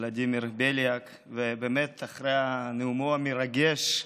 ולדימיר בליאק, אחרי נאומו המרגש.